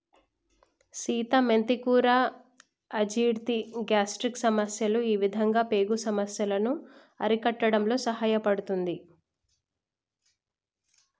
సీత మెంతి కూర అజీర్తి, గ్యాస్ట్రిక్ సమస్యలు ఇవిధ పేగు సమస్యలను అరికట్టడంలో సహాయపడుతుంది